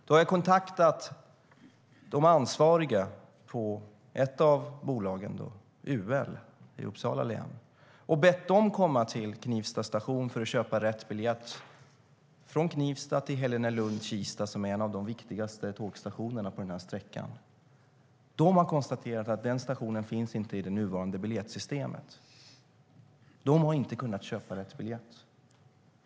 Då har jag kontaktat de ansvariga på ett av bolagen - UL i Uppsala län - och bett dem komma till Knivsta station för att köpa rätt biljett från Knivsta till Helenelund-Kista, som är en av de viktigaste tågstationerna på sträckan. De har då konstaterat att denna station inte finns i det nuvarande biljettsystemet, och de har inte kunnat köpa rätt biljett.